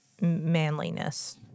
manliness